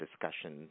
discussion